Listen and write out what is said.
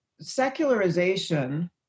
secularization